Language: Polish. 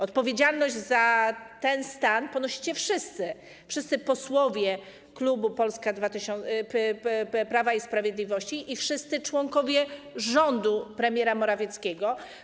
Odpowiedzialność za ten stan ponosicie wszyscy - wszyscy posłowie klubu Prawa i Sprawiedliwości i wszyscy członkowie rządu premiera Morawickiego.